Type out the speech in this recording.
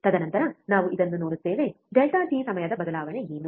ತದನಂತರ ನಾವು ಇದನ್ನು ನೋಡುತ್ತೇವೆ ಡೆಲ್ಟಾ ಟಿ ಸಮಯದ ಬದಲಾವಣೆ ಏನು